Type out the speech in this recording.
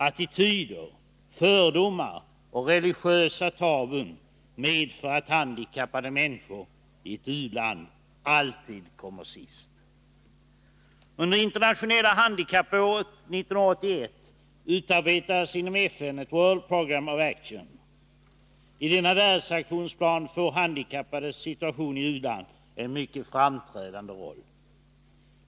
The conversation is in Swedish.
Attityder, fördomar och religiösa tabun medför att handikappade människor i ett u-land alltid kommer sist. Under internationella handikappåret 1981 utarbetades inom FN ett World Program of Action. I denna världsaktions plan får handikappades situation i u-land en mycket framträdande roll.